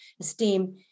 esteem